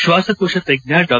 ಶ್ವಾಸಕೋಶ ತಜ್ಞ ಡಾ